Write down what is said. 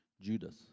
Judas